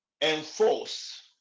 enforce